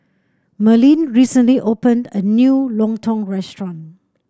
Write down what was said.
Merlin recently opened a new Lontong restaurant